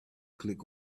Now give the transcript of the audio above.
click